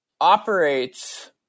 operates